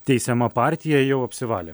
teisiama partija jau apsivalė